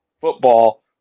football